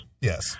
Yes